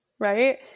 Right